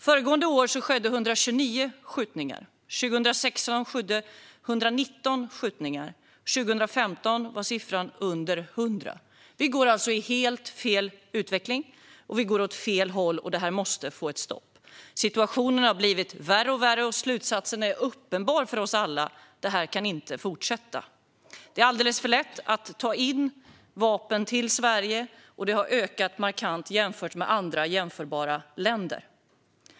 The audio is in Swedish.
Föregående år skedde 129 skjutningar, år 2016 skedde 119 skjutningar och 2015 var siffran under 100. Vi har alltså helt fel utveckling. Vi går åt fel håll, och det måste få ett stopp. Situationen har blivit allt värre. Slutsatsen är uppenbar för oss alla. Det kan inte fortsätta. Det är alldeles för lätt att ta in vapen till Sverige, och det har ökat markant jämfört med andra jämförbara länder.